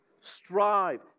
strive